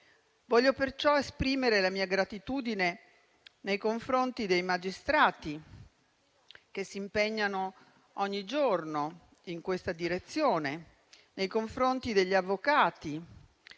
Voglio perciò esprimere la mia gratitudine nei confronti dei magistrati che si impegnano ogni giorno in questa direzione; nei confronti degli avvocati,